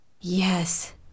Yes